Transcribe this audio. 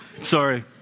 Sorry